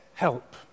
help